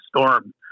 storm